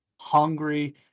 hungry